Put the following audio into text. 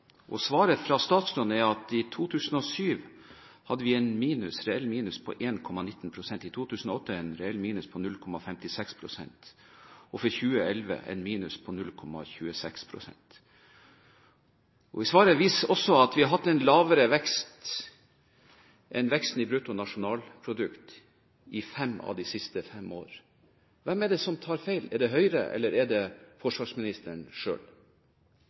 Svaret fra statsråden er at i 2007 hadde vi en reell minus på 1,19 pst., i 2008 en reell minus på 0,56 pst. og i 2011 en minus på 0,26 pst. I svaret vises det også til at vi har hatt en svakere vekst enn veksten i bruttonasjonalproduktet i fem av de siste fem årene. Hvem er det som tar feil, er det Høyre, eller er det forsvarsministeren?